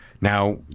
now